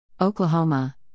Oklahoma